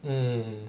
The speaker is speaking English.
mm